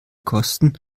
kosten